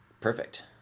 Perfect